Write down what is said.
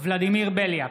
ולדימיר בליאק,